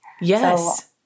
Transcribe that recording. Yes